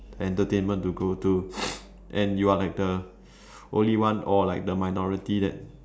entertainment to go to and you are like the only one or like the minority that